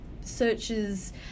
searches